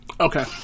Okay